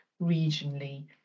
regionally